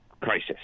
crisis